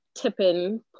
tipping